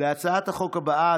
להצעת החוק הבאה,